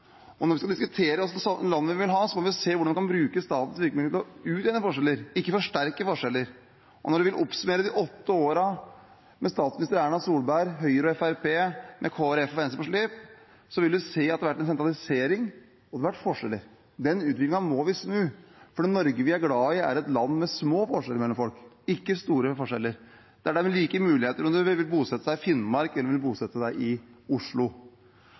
og når vi skal diskutere hva slags land vi vil ha, må vi se hvordan vi kan bruke statens virkemidler til å utjevne forskjeller, ikke forsterke forskjeller. Når man skal oppsummere de åtte årene med statsminister Erna Solberg, med Høyre og Fremskrittspartiet og med Kristelig Folkeparti og Venstre på slep, vil man se at det har vært en sentralisering, og det har vært forskjeller. Den utviklingen må vi snu, for det Norge vi er glad i, er et land med små forskjeller mellom folk, ikke store forskjeller, og et land der det er like muligheter enten man vil bosette seg i Finnmark eller